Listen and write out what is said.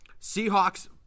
Seahawks